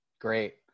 Great